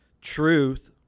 Truth